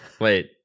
wait